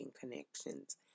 connections